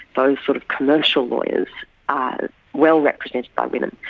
those sort of commercial lawyers are well represented by women.